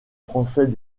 français